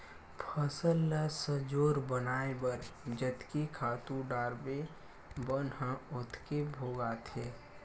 फसल ल सजोर बनाए बर जतके खातू डारबे बन ह ओतके भोगाथे